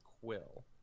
quill